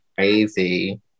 Crazy